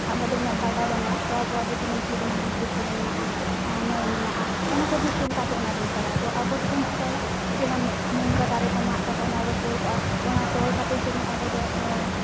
ᱟᱵᱚᱫᱚ ᱩᱱᱟᱹᱜ ᱵᱟᱰᱟᱭ ᱵᱟᱹᱱᱩᱜᱼᱟ ᱛᱚ ᱟᱵᱚᱣᱟᱜ ᱫᱚ ᱡᱮᱢᱚᱱ ᱦᱩᱰᱤᱧ ᱦᱩᱰᱤᱧ ᱯᱩᱠᱷᱤᱨᱤ ᱢᱮᱱᱟᱜᱼᱟ ᱱᱟᱹᱭ ᱢᱮᱱᱟᱜᱼᱟ ᱚᱱᱟ ᱠᱚᱨᱮ ᱫᱚ ᱪᱮᱫ ᱞᱮᱠᱟ ᱛᱮ ᱚᱱᱟ ᱫᱚᱢ ᱪᱟᱞᱟᱣᱟ ᱛᱚ ᱟᱵᱚᱫᱚᱱ ᱪᱮᱠᱟᱭᱟ ᱡᱮᱢᱚᱱ ᱢᱩᱱᱜᱟᱹ ᱫᱟᱨᱮ ᱠᱚ ᱢᱟᱜ ᱠᱟᱛᱮ ᱚᱱᱟ ᱨᱚᱦᱚᱲ ᱠᱚᱜᱼᱟ ᱚᱱᱟ ᱛᱚᱞ ᱠᱟᱛᱮ ᱡᱮᱢᱚᱱ ᱟᱵᱚ ᱫᱚ